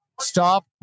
stop